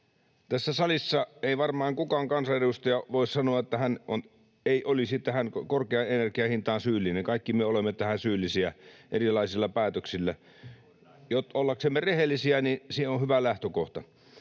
Tässä salissa ei varmaan kukaan kansanedustaja voi sanoa, että hän ei olisi tähän korkeaan energian hintaan syyllinen. Kaikki me olemme tähän syyllisiä erilaisilla päätöksillä. Ollaksemme rehellisiä siinä on hyvä lähtökohta.